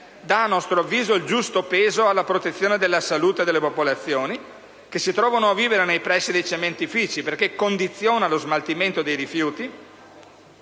Dà, a nostro avviso, il giusto peso alla protezione della salute delle popolazioni che si trovano a vivere nei pressi dei cementifici, perché condiziona lo smaltimento dei CSS nei